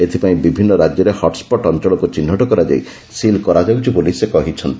ଏଥପାଇଁ ବିଭିନୁ ରାକ୍ୟରେ ହଟ୍ସଟ୍ ଅଅଳକୁ ଚିହୁଟ କରାଯାଇ ସିଲ୍ କରାଯାଉଛି ବୋଲି ସେ କହିଛନ୍ତି